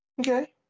Okay